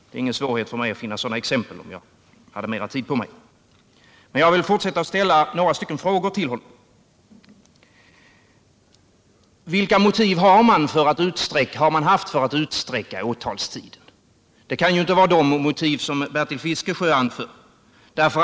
Det vore ingen svårighet för mig att finna sådana 113 exempel, om jag hade mera tid på mig. Men jag vill fortsätta att ställa några frågor till Bertil Fiskesjö. Vilka motiv har man haft för att utsträcka åtalstiden? Det kan ju inte vara de motiv som Bertil Fiskesjö anför.